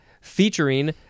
featuring